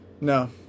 no